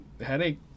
Headache